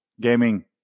gaming